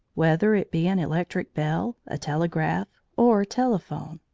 whether it be an electric bell, a telegraph, or telephone.